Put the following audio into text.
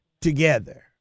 together